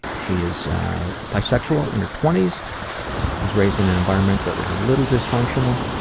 she is bisexual in her twenty s was raised in an environment that was little dysfunctional.